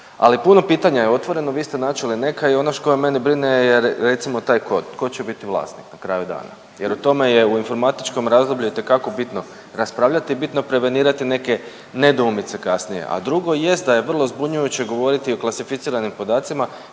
Ali puno pitanja je otvoreno, vi ste načeli neka i ono koje mene brine je recimo taj kod tko će biti vlasnik na kraju dana. Jer u tome je, u informatičkom razdoblju je itekako raspravljati i bitno prevenirati neke nedoumice kasnije. A drugo jest da je vrlo zbunjujuće govoriti o klasificiranim podacima